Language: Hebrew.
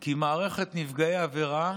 כי מערכת נפגעי עבירה,